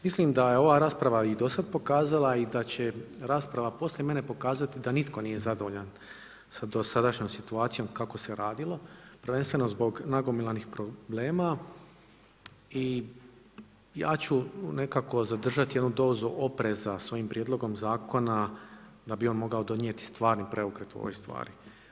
Mislim da je ova rasprava i dosad pokazala i da će rasprava poslije mene pokazati da nitko nije zadovoljan sa dosadašnjom situacijom kako se radilo, prvenstveno zbog nagomilanih problema i ja ću nekako zadržati jednu dozu opreza sa ovim prijedlogom zakona da bi on mogao donijeti stvarni preokret u ovoj stvari.